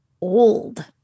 old